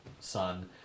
son